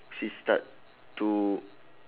she start to